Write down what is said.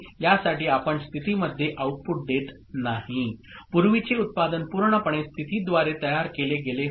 यासाठी आपण स्थिती मध्ये आऊटपुट देत नाही पूर्वीचे उत्पादन पूर्णपणे स्थिती द्वारे तयार केले गेले होते